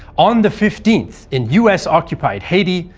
on the fifteenth, in us-occupied haiti,